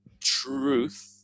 truth